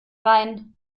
rein